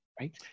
right